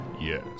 Yes